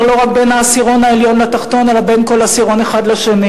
לא רק בין העשירון העליון לתחתון אלא בין כל עשירון אחד לשני.